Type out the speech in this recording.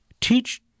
teach